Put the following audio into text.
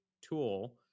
tool